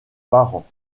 parents